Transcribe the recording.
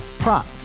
Prop